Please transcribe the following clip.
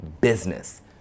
business